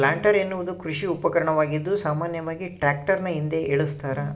planter ಎನ್ನುವುದು ಕೃಷಿ ಉಪಕರಣವಾಗಿದ್ದು ಸಾಮಾನ್ಯವಾಗಿ ಟ್ರಾಕ್ಟರ್ನ ಹಿಂದೆ ಏಳಸ್ತರ